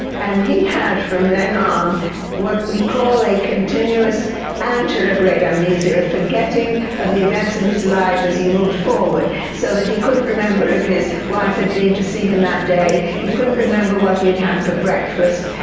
and he had from then on what we call a continuous anterograde amnesia, forgetting of the events of his life as he moved forward. so that he couldn't remember if his wife had been to see him that day, he couldn't remember what he had had for breakfast.